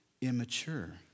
immature